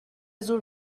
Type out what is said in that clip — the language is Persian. زور